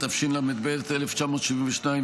התשל"ב 1972,